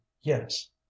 yes